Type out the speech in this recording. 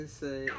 say